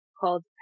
called